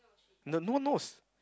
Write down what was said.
the no one knows